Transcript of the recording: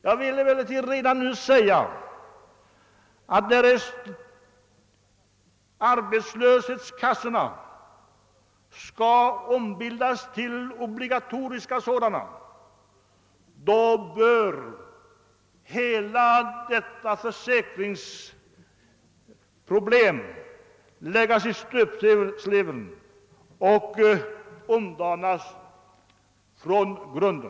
Jag vill emellertid redan nu säga, att därest arbetslöshetskassorna skall ombildas till obligatoriska sådana, då bör hela detta försäkringssystem läggas i stöpsleven och omdanas från grunden.